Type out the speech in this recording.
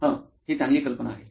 हं ही चांगली कल्पना आहे